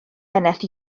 eneth